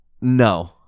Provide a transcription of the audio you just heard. No